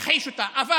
אבל